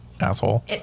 asshole